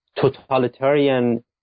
totalitarian